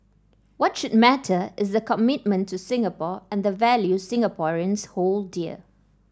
what should matter is the commitment to Singapore and the values Singaporeans hold dear